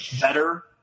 better